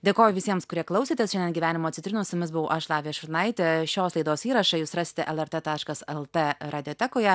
dėkoju visiems kurie klausėtės šiandien gyvenimo citrinos su jumis buvau aš lavija šurnaitė šios laidos įrašą jūs rasite lrt taškas lt radiotekoje